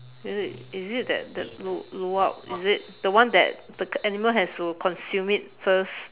is it is it that that lu~ luwak is it the one that the animal has to consume it first